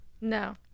No